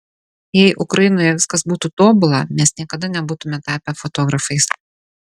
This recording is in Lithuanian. jei ukrainoje viskas būtų tobula mes niekada nebūtumėme tapę fotografais